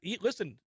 listen